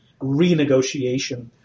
renegotiation